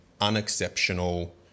unexceptional